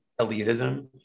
elitism